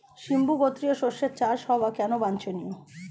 সিম্বু গোত্রীয় শস্যের চাষ হওয়া কেন বাঞ্ছনীয়?